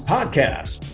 Podcast